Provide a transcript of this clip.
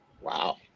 Wow